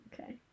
Okay